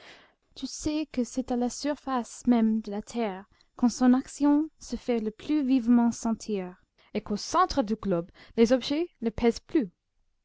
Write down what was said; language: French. tu sais que c'est à la surface même de la terre que son action se fait le plus vivement sentir et qu'au centre du globe les objets ne pèsent plus